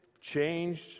changed